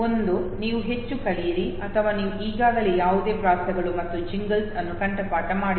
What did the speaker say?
ಒಂದೋ ನೀವು ಹೆಚ್ಚು ಕಲಿಯಿರಿ ಅಥವಾ ನೀವು ಈಗಾಗಲೇ ಯಾವುದೇ ಪ್ರಾಸಗಳು ಮತ್ತು ಜಿಂಗಲ್ಸ್ ಅನ್ನು ಕಂಠಪಾಠ ಮಾಡಿಲ್ಲ